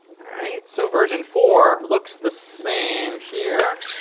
all right. so, version four, looks the same here.